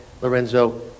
Lorenzo